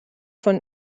von